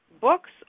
Books